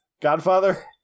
Godfather